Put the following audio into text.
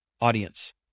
audience